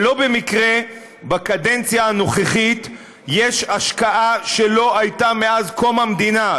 ולא במקרה בקדנציה הנוכחית יש השקעה שלא הייתה מאז קום המדינה,